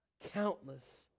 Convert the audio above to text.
countless